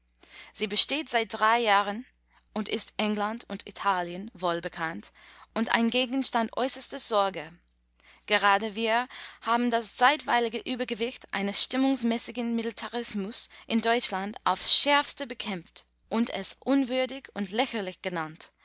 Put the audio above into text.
sie besteht seit drei jahren und ist england und italien wohlbekannt und ein gegenstand äußerster sorge gerade wir haben das zeitweilige übergewicht eines stimmungsmäßigen militarismus in deutschland aufs schärfste bekämpft und es unwürdig und lächerlich genannt